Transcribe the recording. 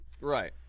Right